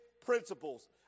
principles